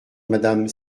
madame